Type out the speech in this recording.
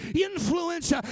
influence